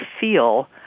feel